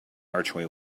archway